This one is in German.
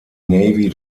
navy